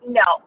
no